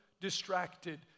distracted